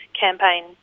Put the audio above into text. campaign